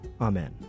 Amen